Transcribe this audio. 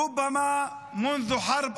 אולי מאז מלחמת